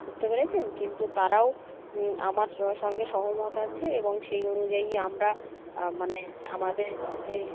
বুঝতে পেরেছেন কিন্তু তারাও আমার স সঙ্গে সহমত আছে এবং সেই অনুযায়ী আমরা মানে আমাদেরকে